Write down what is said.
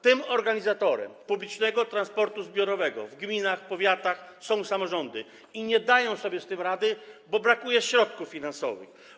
Tymi organizatorami publicznego transportu zbiorowego w gminach, powiatach są samorządy i nie dają one sobie z tym rady, bo brakuje środków finansowych.